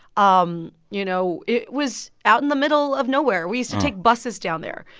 um you know, it was out in the middle of nowhere. we used to take buses down there.